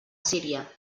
síria